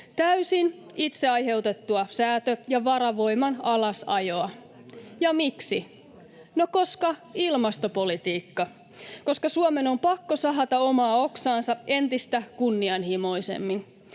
Täysin itseaiheutettua säätö- ja varavoiman alasajoa. Ja miksi? No koska ilmastopolitiikka. Koska Suomen on pakko sahata omaa oksaansa entistä kunnianhimoisemmin.